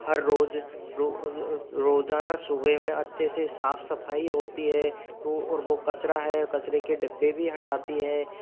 हर रोज़ रोजाना सुबह में अच्छे से साफ सफाई होती है तो और वह कचरा है कचरे के डिब्बे भी हटाती है